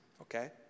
okay